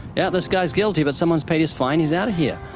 yeah, this guy's guilty, but someone's paid his fine. he's out of here.